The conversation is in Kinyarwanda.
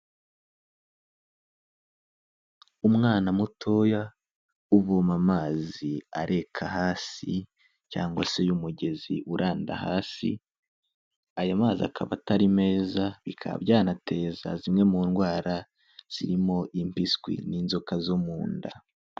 Umwana mutoya uvoma amazi areka hasi cyangwa se y'umugezi uranda hasi, ayo mazi akaba atari meza bikaba byanateza zimwe mu ndwara zirimo impiswi n'inzoka zo mu nda.